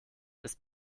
ist